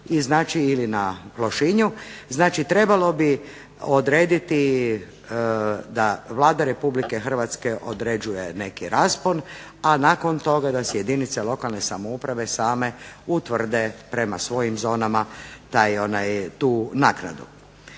ili na Lošinju. Znači trebalo bi odrediti da Vlada Republike Hrvatske određuje neki raspon, a nakon toga da si jedinice lokalne samouprave same utvrde prema svojim zonama tu naknadu.